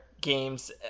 games